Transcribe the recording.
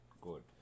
Good